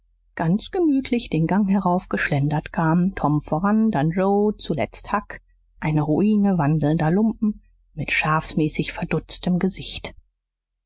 ganz gemütlich den gang heraufgeschlendert kamen tom voran dann joe zuletzt huck eine ruine wandelnder lumpen mit schafsmäßig verdutztem gesicht